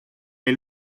est